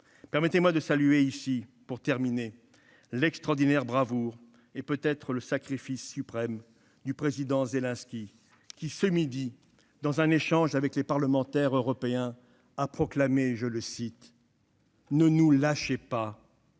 Permettez-moi de saluer ici l'extraordinaire bravoure et, peut-être, le sacrifice suprême du président Zelensky, qui, cette après-midi, dans un échange avec les parlementaires européens, a proclamé :« Ne nous lâchez pas,